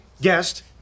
guest